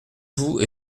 vous